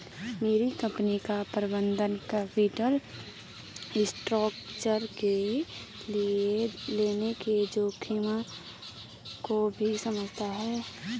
मेरी कंपनी का प्रबंधन कैपिटल स्ट्रक्चर के लिए लोन के जोखिम को भी समझता है